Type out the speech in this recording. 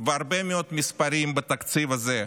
והרבה מאוד מספרים בתקציב הזה,